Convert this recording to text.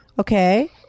Okay